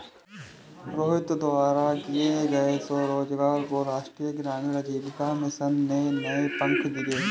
रोहित द्वारा किए गए स्वरोजगार को राष्ट्रीय ग्रामीण आजीविका मिशन ने नए पंख दिए